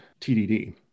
TDD